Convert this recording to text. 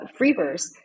Freeverse